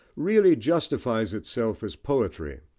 really justifies itself as poetry,